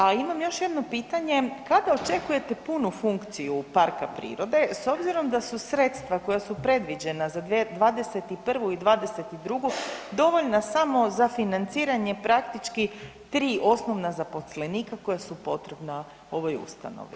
A imamo još jedno pitanje, kako očekujete punu funkciju parka prirode s obzirom da su sredstva koja su predviđena za 2021. i 2022. dovoljna samo za financiranje praktički 3 osnovna zaposlenika koja su potrebna ovoj ustanovi?